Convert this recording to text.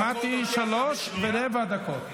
שמעתי שלוש ורבע דקות.